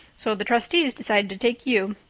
so the trustees decided to take you.